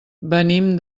venim